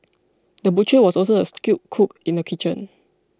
the butcher was also a skilled cook in the kitchen